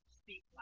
speak